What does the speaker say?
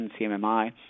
CMMI